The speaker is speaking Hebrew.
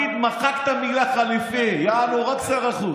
לפיד מחק את המילה "חליפי", יענו רק שר החוץ,